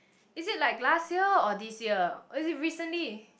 is it like last year or this year or is it recently